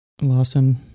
Lawson